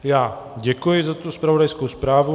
Já děkuji za zpravodajskou zprávu.